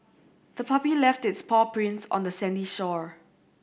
the puppy left its paw prints on the sandy shore